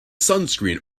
sunscreen